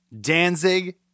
danzig